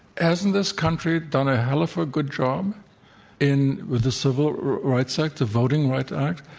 hasn't this country done a hell of a good job in with the civil rights act, the voting rights act,